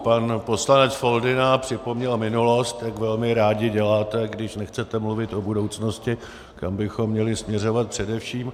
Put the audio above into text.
Pan poslanec Foldyna připomněl minulost, jak velmi rádi děláte, když nechcete mluvit o budoucnosti, kam bychom měli směřovat především.